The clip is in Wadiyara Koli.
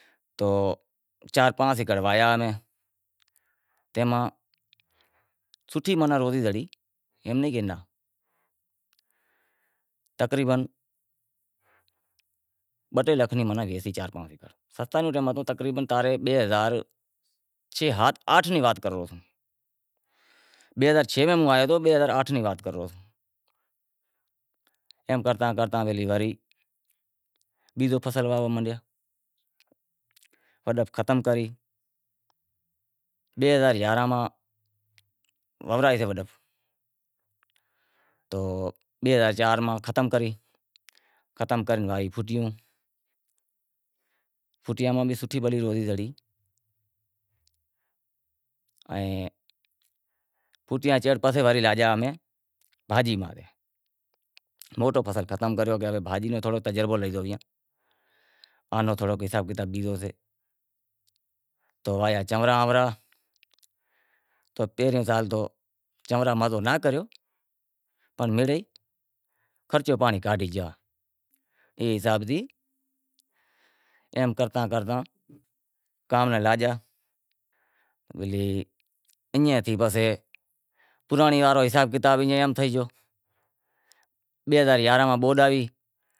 تو چار پانس ایکڑ واہیا امیں تے ماں سوٹھی ماناں روزی زڑی ایئں ناں کی ناں، تقریبن بہ ٹے لاکھ ری ویسی سستائی روں ٹیم ہتو تقریبن بے ہزار چھ ہات آٹھ ری وات کری ریو ساں، بئے ہزار چھ میں موں آیو ہتو بئے ہزار آٹھ ری وات کرے ریو ساں، بیزو فصل واہویو، وڈف ختم کری، بئے ہزار یارانہں ماں ووہورائی سے وڈف تو بئے ہزار چار ماں ختم کری ختم کرے وہاوی پھوٹیوں پھوٹیاں ماں بھی سوٹھی بھلولی روزی زڑی ائیں پھوٹیاں چھیڑ پسے وڑے امیں لاگیا بھاجی ماں، موٹو فصل امیں ختم کریو وڑے بھاجی رو تھوڑو تجربو لے زویاں، ان ایئے رو تھوڑو حساب کتاب بیزو سے تو وہایا چونرا بونرا تو تیرنہں سال تو چونرا مزو ناں کریو پنڑ مڑیئی خرچو پانڑی کاڈھی گیا، ای حساب تھی ایم کرتا کرتا کام نیں لاگیا بیلی ایئں تھی پسے پرانڑیاں رو حساب کتاب ایم تھی گیو، بئے ہزار یارنہں میں بوڈ آوے گئی